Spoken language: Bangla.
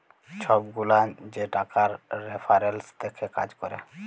ছব গুলান যে টাকার রেফারেলস দ্যাখে কাজ ক্যরে